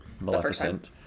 Maleficent